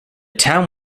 town